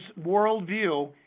worldview